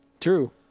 true